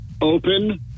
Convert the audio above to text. open